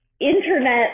internet